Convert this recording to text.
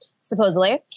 supposedly